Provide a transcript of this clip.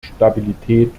stabilität